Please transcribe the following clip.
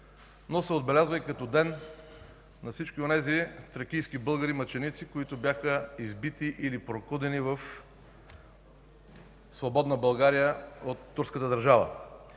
но се отбелязва и като ден на всички онези тракийски българи-мъченици, които бяха избити или прокудени в свободна България от турската държава.